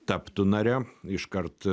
taptų nare iškart